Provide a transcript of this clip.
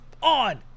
on